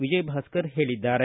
ವಿಜಯ ಭಾಸ್ಕರ್ ಹೇಳಿದ್ದಾರೆ